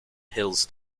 hills